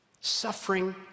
Suffering